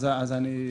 היו